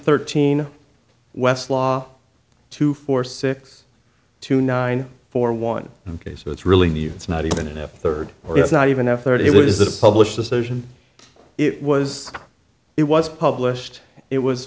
thirteen westlaw two four six two nine four one ok so it's really the it's not even a third or it's not even after it was the published decision it was it was published it was